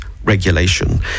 regulation